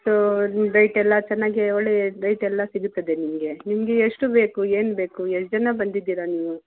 so rate ಎಲ್ಲ ಚೆನ್ನಾಗೆ ಒಳ್ಳೆ ರೇಟ್ ಎಲ್ಲ ಸಿಗುತ್ತದೆ ನಿಮಗೆ ನಿಮಗೆ ಎಷ್ಟು ಬೇಕು ಏನು ಬೇಕು ಎಷ್ಟು ಜನ ಬಂದಿದ್ದೀರಾ ನೀವು